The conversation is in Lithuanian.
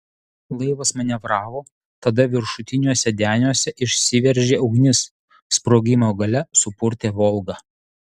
laivas manevravo tada viršutiniuose deniuose išsiveržė ugnis sprogimo galia supurtė volgą